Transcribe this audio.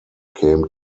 came